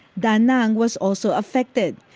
da nang was also affected.